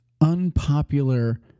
unpopular